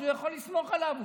הוא יכול לסמוך עליו.